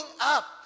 up